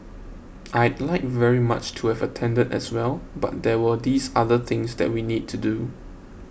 I'd like very much to have attended as well but there were these other things that we need to do